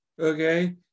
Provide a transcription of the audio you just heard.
okay